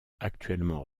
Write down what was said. actuellement